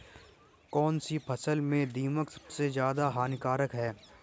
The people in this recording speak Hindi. कौनसी फसल में दीमक सबसे ज्यादा हानिकारक है?